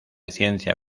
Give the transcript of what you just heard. ciencia